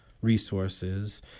resources